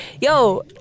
Yo